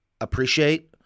appreciate